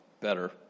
better